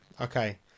Okay